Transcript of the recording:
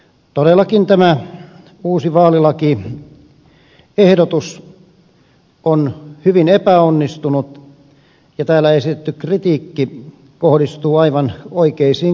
todellakin tämä uusi vaalilakiehdotus on hyvin epäonnistunut ja täällä esitetty kritiikki kohdistuu aivan oikeisiin kohteisiin